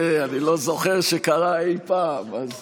אני לא זוכר שזה קרה אי פעם, אז